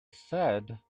said